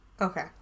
Okay